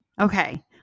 Okay